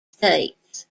states